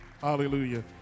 Hallelujah